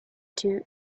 two